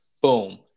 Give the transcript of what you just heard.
Boom